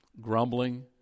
grumbling